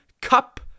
cup